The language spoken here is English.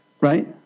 Right